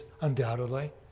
undoubtedly